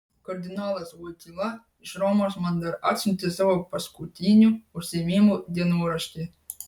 kardinolas voityla iš romos man dar atsiuntė savo paskutinių užsiėmimų dienoraštį